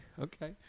Okay